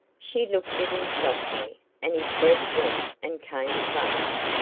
she looked at him softly, and his breath went and came fast,